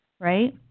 right